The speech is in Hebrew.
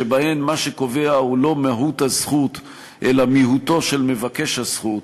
שבהן מה שקובע הוא לא מהות הזכות אלא מיהותו של מבקש הזכות,